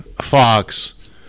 fox